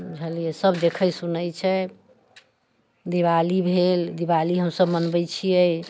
बुझलियै सभ देखै सुनै छै दिवाली भेल दिवाली हम सभ मनबै छियै